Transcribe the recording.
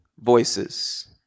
voices